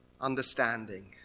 understanding